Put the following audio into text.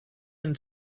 and